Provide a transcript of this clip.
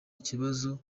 ikibazo